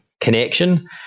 connection